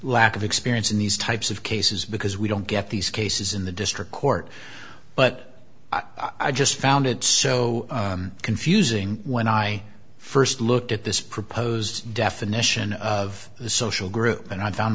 lack of experience in these types of cases because we don't get these cases in the district court but i just found it so confusing when i first looked at this proposed definition of the social group and i found